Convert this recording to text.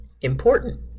important